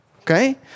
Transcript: okay